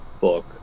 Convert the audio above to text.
book